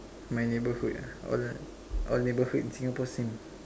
my neighborhood ah all the all neighborhood in Singapore same